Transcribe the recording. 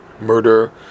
murder